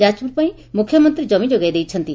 ଯାଜପୁର ପାଇଁ ମୁଖ୍ୟମନ୍ତୀ ଜମି ଯୋଗାଇ ଦେଇଛନ୍ତି